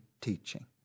teaching